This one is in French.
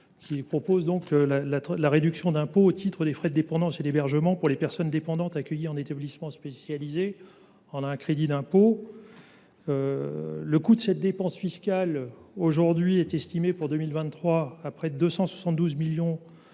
nous transformions la réduction d’impôt au titre des frais de dépendance et d’hébergement pour les personnes dépendantes accueillies en établissements spécialisés en un crédit d’impôt. Le coût de cette dépense fiscale est estimé, pour 2023, à près de 272 millions d’euros